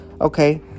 okay